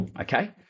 okay